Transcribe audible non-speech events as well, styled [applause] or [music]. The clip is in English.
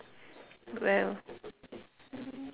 [noise] well [noise]